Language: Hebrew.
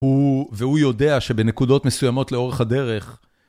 והוא יודע שבנקודות מסוימות לאורך הדרך...